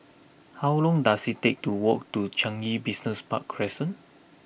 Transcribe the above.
how long does it take to walk to Changi Business Park Crescent